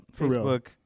Facebook